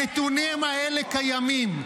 הנתונים האלה קיימים.